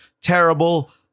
terrible